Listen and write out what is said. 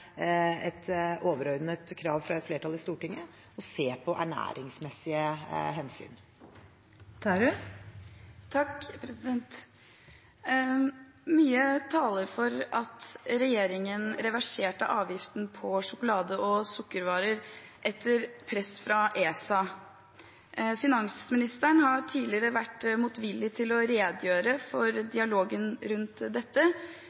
overordnet krav fra et flertall i Stortinget: å se på ernæringsmessige hensyn. Mye taler for at regjeringen reverserte avgiften på sjokolade og sukkervarer etter press fra ESA. Finansministeren har tidligere vært motvillig til å redegjøre for dialogen rundt dette,